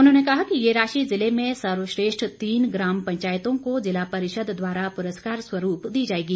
उन्होंने कहा कि ये राशि जिले में सर्वश्रेष्ठ तीन ग्राम पंचायतों को जिला परिषद द्वारा पुरस्कार स्वरूप दी जाएगी